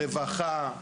רווחה,